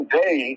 day